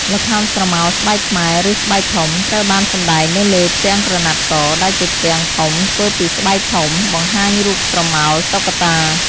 ល្ខោនស្រមោលស្បែកខ្មែរ ឬ ស្បែកធំ ត្រូវបានសម្ដែងនៅលើ ផ្ទាំងក្រណាត់ស ដែលជាផ្ទាំងធំធ្វើពីស្បែកធំ បង្ហាញរូបស្រមោលតុក្កតា។